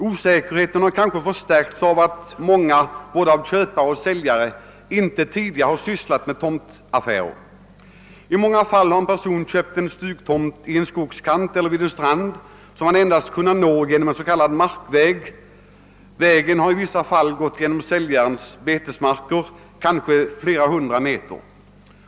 Osäkerheten har kanske förstärkts av att många, både köpare och säljare, som agerat i dessa fall inte tidigare sysslat med tomtaffärer. I många fall har en person köpt en stugtomt i en skogskant eller vid en strand som man endast kan nå via en s.k. markväg. Vägen har i vissa fall gått genom säljarens betesmarker kanske flera hundra meter.